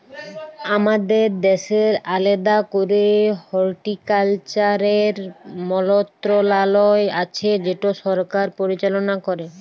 আমাদের দ্যাশের আলেদা ক্যরে হর্টিকালচারের মলত্রলালয় আছে যেট সরকার পরিচাললা ক্যরে